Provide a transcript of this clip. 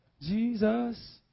Jesus